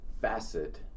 facet